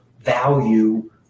value